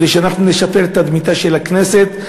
כדי שאנחנו נשפר את תדמיתה של הכנסת,